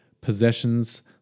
possessions